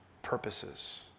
purposes